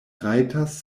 rajtas